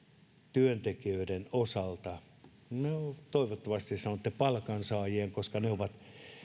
työntekijöiden osalta no toivottavasti sanotte palkansaajien koska he ovat